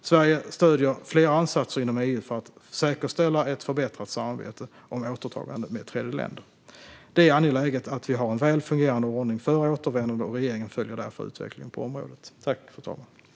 Sverige stöder flera ansatser inom EU för att säkerställa ett förbättrat samarbete om återtagande med tredjeländer. Det är angeläget att vi har en väl fungerande ordning för återvändande, och regeringen följer därför utvecklingen på området. Då interpellanten anmält att hon var förhindrad att närvara vid sammanträdet medgav förste vice talmannen att Arin Karapet i stället fick delta i debatten.